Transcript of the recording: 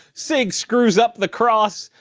sig screws up the cross,